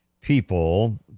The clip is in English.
people